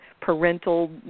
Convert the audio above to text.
parental